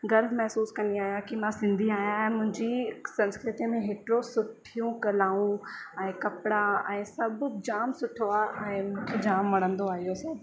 गर्व महसूसु कंदी आहियां कि मां सिंधी आहियां ऐं मुंहिंजी संस्कृतीअ में हेतिरो सुठियूं कलाऊं ऐं कपिड़ा ऐं सभु जाम सुठो आहे ऐं मूंखे जाम वणंदो आहे इहो सभु